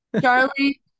charlie